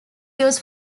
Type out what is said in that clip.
used